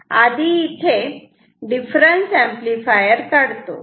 आधी इथे difference amplifier काढतो